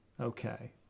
Okay